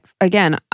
Again